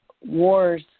wars